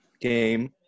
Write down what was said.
game